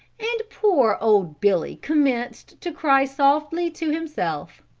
and poor old billy commenced to cry softly to himself.